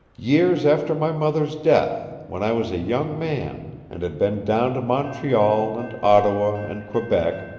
years after my mother's death, when i was a young man, and had been down to montreal and ottawa and quebec,